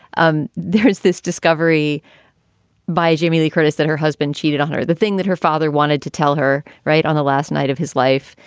um there is this discovery by jamie lee curtis that her husband cheated on her. the thing that her father wanted to tell her right on the last night of his life,